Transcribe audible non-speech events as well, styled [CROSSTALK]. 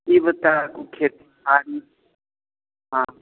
ई बताबू खेत [UNINTELLIGIBLE] हँ